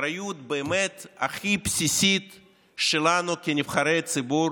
האחריות הכי בסיסית שלנו כנבחרי ציבור